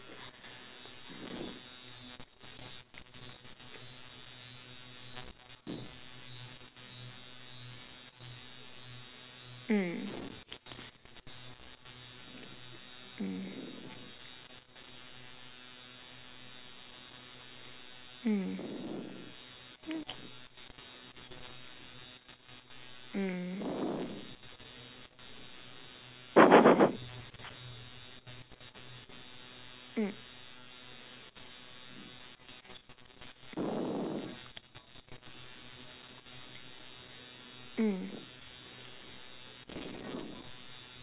mm mm mm okay mm mm mm